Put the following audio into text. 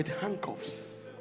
Handcuffs